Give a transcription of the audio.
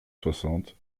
soixante